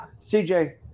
CJ